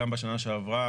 גם בשנה שעברה,